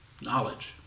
Knowledge